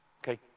Okay